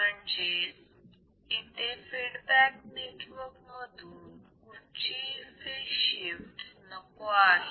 म्हणजेच इथे feedback network मधून कुठचीही फेज शिफ्ट नको आहे